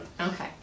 okay